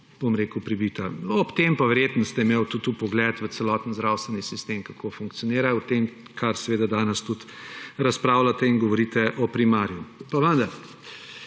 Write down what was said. jasna in pribita. Ob tem pa ste verjetno imeli tudi vpogled v celotni zdravstveni sistem, kako funkcionira, o tem, kar danes tudi razpravljate in govorite o primariju, pa vendar.